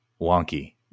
wonky